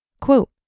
Quote